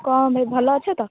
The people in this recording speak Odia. କ'ଣ ଭାଇ ଭଲ ଅଛ ତ